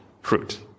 fruit